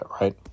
right